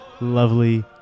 lovely